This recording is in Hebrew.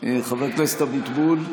חבר הכנסת אבוטבול?